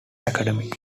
academy